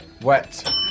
Wet